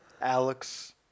Alex